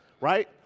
right